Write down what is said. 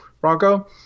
Bronco